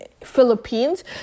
Philippines